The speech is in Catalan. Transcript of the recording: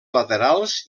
laterals